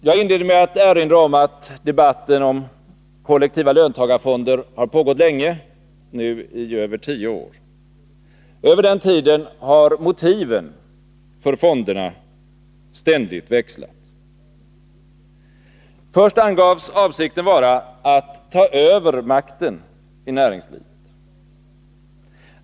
Jag inledde med att erinra om att debatten om kollektiva löntagarfonder har pågått länge, nu i över tio år. Över den tiden har motiven för fonderna ständigt växlat. Först angavs avsikten vara att ta över makten i näringslivet.